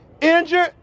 injured